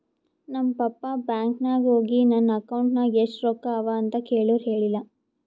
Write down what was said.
ನಮ್ ಪಪ್ಪಾ ಬ್ಯಾಂಕ್ ನಾಗ್ ಹೋಗಿ ನನ್ ಅಕೌಂಟ್ ನಾಗ್ ಎಷ್ಟ ರೊಕ್ಕಾ ಅವಾ ಅಂತ್ ಕೇಳುರ್ ಹೇಳಿಲ್ಲ